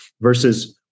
versus